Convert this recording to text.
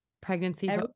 pregnancy